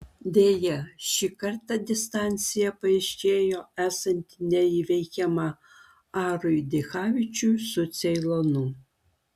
deja šį kartą distancija paaiškėjo esanti neįveikiama arui dichavičiui su ceilonu